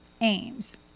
Aims